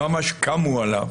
ממש קמו עליו.